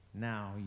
now